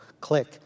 click